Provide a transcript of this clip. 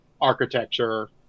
architecture